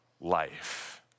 life